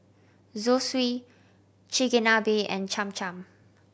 Zosui Chigenabe and Cham Cham